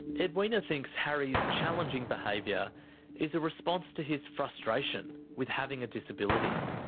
edwina thinks harry's challenging behaviour is a response to his frustration with having a disability.